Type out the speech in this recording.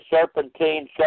serpentine